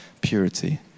purity